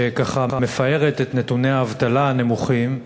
שככה מפארת את נתוני האבטלה הנמוכים,